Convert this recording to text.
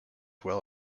well